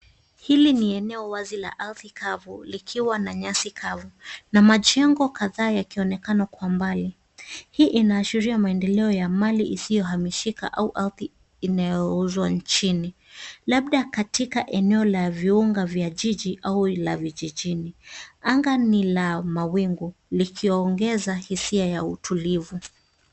Hili ni eneo wazi la ardhi kavu likiwa na nyasi kavu na majengo kadhaa yakionekana kwa mbali, hii inaashiria maendeleo ya mali isiyohamishika au ardhi inayouzwa nchini labda katika eneo la viunga vya jiji au la vijijini ,anga ni la mawingu likiongeza hisia ya utulivu.